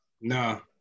No